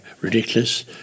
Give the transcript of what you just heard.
ridiculous